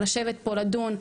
לשבת פה, לדון.